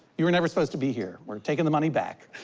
you were never supposed to be here. we're taking the money back.